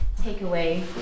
takeaway